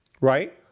Right